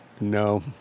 No